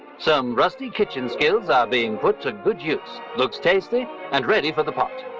some rusty kitchen skills are being put to good use. looks tasty and ready for the pot.